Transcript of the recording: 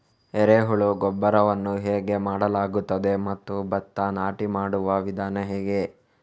ಎರೆಹುಳು ಗೊಬ್ಬರವನ್ನು ಹೇಗೆ ಮಾಡಲಾಗುತ್ತದೆ ಮತ್ತು ಭತ್ತ ನಾಟಿ ಮಾಡುವ ವಿಧಾನ ಹೇಗೆ?